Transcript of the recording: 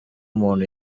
umuntu